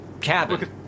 cabin